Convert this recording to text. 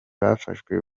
bafashwe